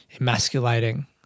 emasculating